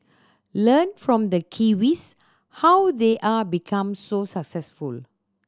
learn from the Kiwis how they are become so successful